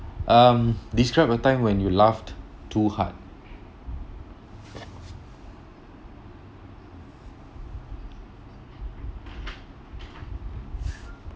um describe a time when you laughed too hard